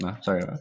Sorry